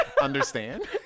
understand